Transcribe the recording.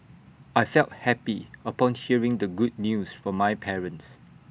I felt happy upon hearing the good news from my parents